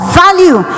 value